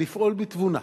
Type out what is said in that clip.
לפעול בתבונה,